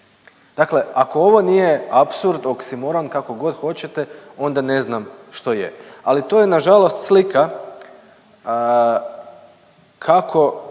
Dakle ako ovo nije apsurd, oksimoron kako god hoćete, onda ne znam što je. Ali to je na žalost slika kako